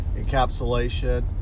Encapsulation